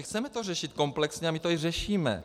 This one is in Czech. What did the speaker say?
Chceme to řešit komplexně a my to i řešíme.